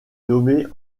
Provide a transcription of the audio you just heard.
nommée